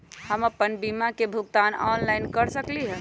हम अपन बीमा के भुगतान ऑनलाइन कर सकली ह?